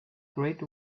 great